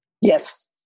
Yes